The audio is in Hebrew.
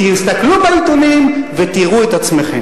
תסתכלו בעיתונים ותראו את עצמכם.